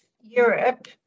Europe